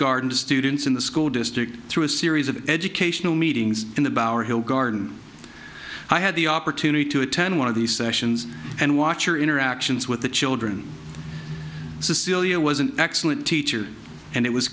garden to students in the school district through a series of educational meetings in the bauer hill garden i had the opportunity to attend one of these sessions and watch her interactions with the children cecilia was an excellent teacher and it was